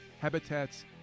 habitats